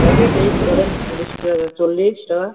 packet এই ধরেন চল্লিশ টাকা করে চল্লিশ টাকা